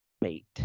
Mate